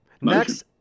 Next